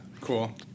Cool